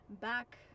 back